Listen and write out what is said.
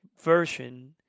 version